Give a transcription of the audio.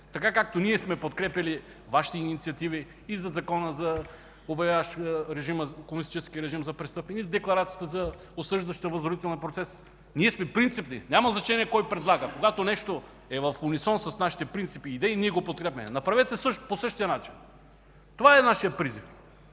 Така, както ние сме подкрепяли Вашите инициативи и за закона, обявяващ комунистическия режим за престъпен, и декларацията, осъждаща възродителния процес. Ние сме принципни, няма значение кой предлага. Когато нещо е в унисон с нашите принципи и идеи, ние го подкрепяме. Направете по същия начин, това е нашият призив!